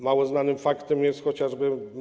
Mało znanym faktem jest chociażby to.